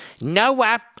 Noah